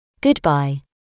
Goodbye